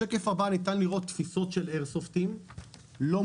בשקף הבא ניתן לראות תפיסות של כלי איירסופט לא מוסבים.